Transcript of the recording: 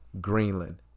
Greenland